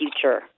future